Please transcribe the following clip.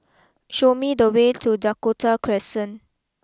show me the way to Dakota Crescent